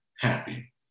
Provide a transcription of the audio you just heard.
happy